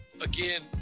again